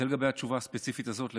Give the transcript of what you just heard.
זה לגבי התשובה הספציפית הזאת.